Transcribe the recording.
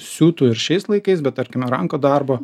siūtų ir šiais laikais bet tarkime rankų darbo